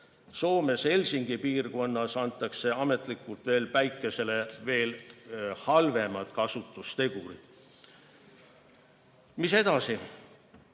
Soomes Helsingi piirkonnas [omistatakse] ametlikult päikesele veel halvemad kasutustegurid. Mis edasi?